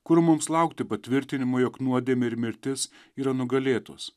kur mums laukti patvirtinimo jog nuodėmė ir mirtis yra nugalėtos